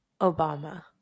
Obama